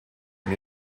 mir